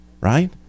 right